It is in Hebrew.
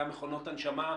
היה מכונות הנשמה,